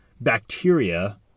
bacteria